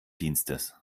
dienstes